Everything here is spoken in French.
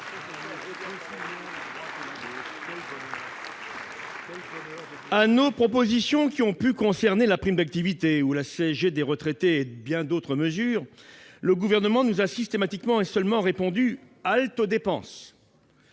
À nos propositions, qui ont pu concerner la prime d'activité, la CSG des retraités et bien d'autres mesures, le Gouvernement nous a systématiquement et seulement répondu :« Halte aux dépenses !